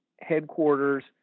headquarters